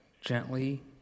Gently